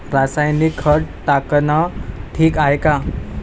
रासायनिक खत टाकनं ठीक हाये का?